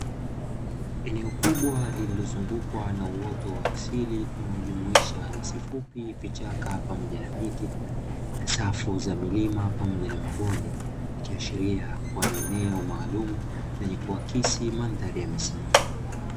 Eneo kubwa lililozungukwa na uoto wa asili unaojumuisha nyasi fupi ,vichaka pamoja na miti na safu za milima pamoja na mabonde ikiashiria kuwa ni eneo maalum lenye kuwakisi madhari ya misitu.